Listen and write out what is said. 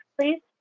please